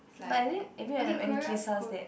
but if you if you have any cases that